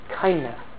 kindness